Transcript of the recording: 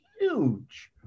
huge